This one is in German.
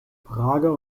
prager